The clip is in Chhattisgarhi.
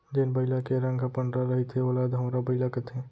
जेन बइला के रंग ह पंडरा रहिथे ओला धंवरा बइला कथें